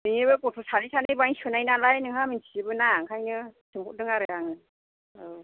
नोंनिबो गथ' सानै सानै बाहायनो सोनाय नालाय नोंहा मिथिजोबोना ओंखायनो सोंहरदों आरो आं औ